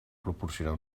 proporcionar